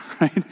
right